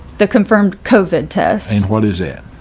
the confirmed covid test? what is it?